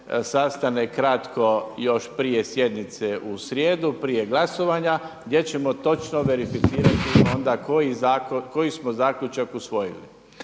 sastane kratko još prije sjednice u srijedu, prije glasovanja gdje ćemo točno verificirati onda koji smo zaključak usvojili.